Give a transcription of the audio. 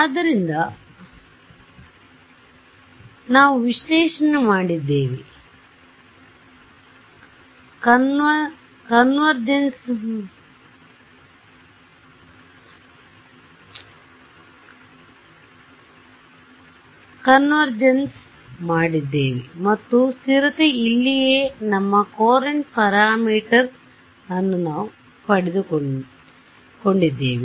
ಆದ್ದರಿಂದ ನಾವು ವಿಶ್ಲೇಷಣೆ ಮಾಡಿದ್ದೇವೆ ನಾವು ಕನ್ವರ್ಜೆನ್ಸ್ ಮಾಡಿದ್ದೇವೆ ಮತ್ತು ಸ್ಥಿರತೆ ಇಲ್ಲಿಯೇ ನಮ್ಮ ಕೊರಂಟ್ ಪ್ಯಾರಾಮೀಟರ್ ಅನ್ನು ನಾವು ಪಡೆದುಕೊಂಡಿದ್ದೇವೆ